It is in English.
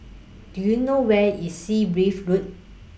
Do YOU know Where IS Sea Breeze Road